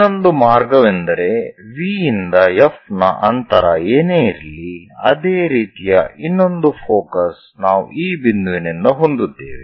ಇನ್ನೊಂದು ಮಾರ್ಗವೆಂದರೆ V ಯಿಂದ F ನ ಅಂತರ ಏನೇ ಇರಲಿ ಅದೇ ರೀತಿಯ ಇನ್ನೊಂದು ಫೋಕಸ್ ನಾವು ಈ ಬಿಂದುವಿನಿಂದ ಹೊಂದುತ್ತೇವೆ